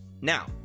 now